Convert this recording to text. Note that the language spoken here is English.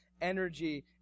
energy